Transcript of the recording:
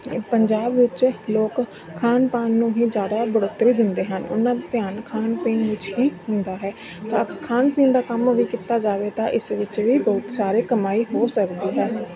ਪੰਜਾਬ ਵਿੱਚ ਲੋਕ ਖਾਣ ਪਾਨ ਨੂੰ ਹੀ ਜ਼ਿਆਦਾ ਬੜੋਤਰੀ ਦਿੰਦੇ ਹਨ ਉਹਨਾਂ ਦਾ ਧਿਆਨ ਖਾਣ ਪੀਣ ਵਿੱਚ ਹੀ ਹੁੰਦਾ ਹੈ ਤਾਂ ਖਾਣ ਪੀਣ ਦਾ ਕੰਮ ਵੀ ਕੀਤਾ ਜਾਵੇ ਤਾਂ ਇਸ ਵਿੱਚ ਵੀ ਬਹੁਤ ਸਾਰੀ ਕਮਾਈ ਹੋ ਸਕਦੀ ਹੈ